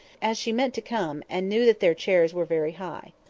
as she meant to come, and knew that their chairs were very high.